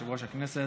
סגן יושב-ראש הכנסת,